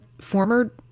former